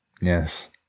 Yes